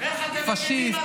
פשיסט,